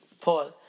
Paul